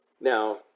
Now